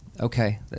okay